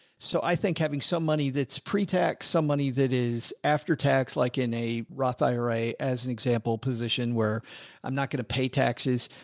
so i think having some money that's pretax some money that is. after tax, like in a roth ira as an example position where i'm not going to pay taxes.